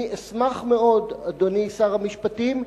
אני אשמח מאוד, אדוני שר המשפטים,